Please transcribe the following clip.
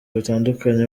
batandukanye